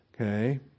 Okay